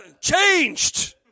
Changed